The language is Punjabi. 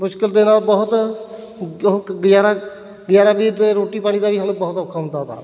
ਮੁਸ਼ਕਲ ਦੇ ਨਾਲ ਬਹੁਤ ਉਹ ਗੁਜ਼ਾਰਾ ਗੁਜ਼ਾਰਾ ਵੀ ਅਤੇ ਰੋਟੀ ਪਾਣੀ ਦਾ ਵੀ ਸਾਨੂੰ ਬਹੁਤ ਔਖਾ ਹੁੰਦਾ ਤਾ